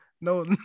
No